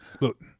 look